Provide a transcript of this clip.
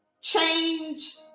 Change